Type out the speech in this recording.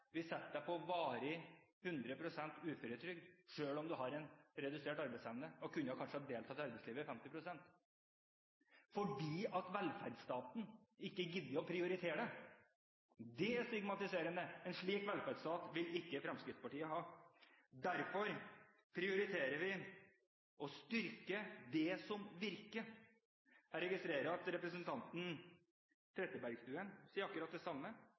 vi setter deg på varig 100 pst. uføretrygd, selv om du har en redusert arbeidsevne og kanskje kunne deltatt i arbeidslivet 50 pst. – fordi velferdsstaten ikke gidder å prioritere det. Det er stigmatiserende. En slik velferdsstat vil ikke Fremskrittspartiet ha. Derfor prioriterer vi å styrke det som virker. Jeg registrerer at representanten Trettebergstuen sier akkurat det samme,